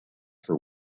for